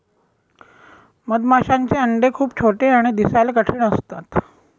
मधमाशांचे अंडे खूप छोटे आणि दिसायला कठीण असतात